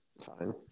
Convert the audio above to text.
fine